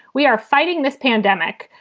we are fighting this pandemic.